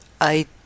I